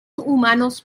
humanos